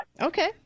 Okay